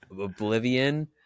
oblivion